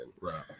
right